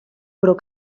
però